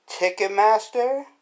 Ticketmaster